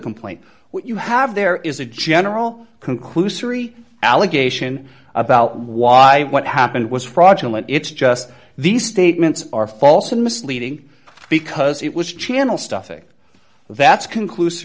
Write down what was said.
complaint what you have there is a general conclusory allegation about why what happened was fraudulent it's just these statements are false and misleading because it was channel stuffing that's conclus